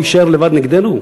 הוא יישאר לבד נגדנו?